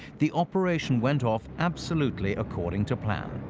the operation went off absolutely according to plan.